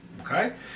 okay